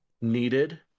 needed